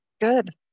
Good